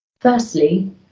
Firstly